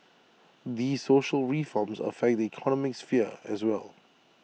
these social reforms affect the economic sphere as well